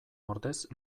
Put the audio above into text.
ordez